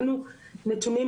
שבהם זה בא ליידי ביטוי,